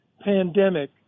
pandemic